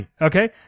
Okay